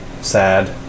sad